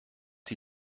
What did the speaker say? sie